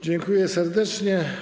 Dziękuję serdecznie.